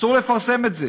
אסור לפרסם את זה.